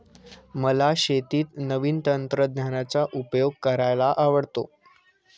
मला शेतीत नवीन तंत्रज्ञानाचा उपयोग करायला आवडतो